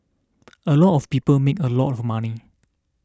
a lot of people made a lot of money